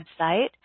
website